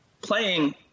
playing